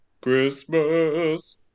Christmas